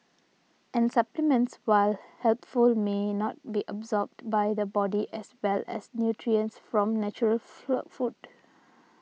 and supplements while helpful may not be absorbed by the body as well as nutrients from natural food